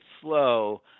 slow